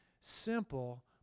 simple